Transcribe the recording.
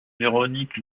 véronique